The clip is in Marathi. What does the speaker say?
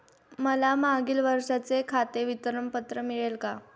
मला मागील वर्षाचे खाते विवरण पत्र मिळेल का?